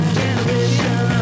generation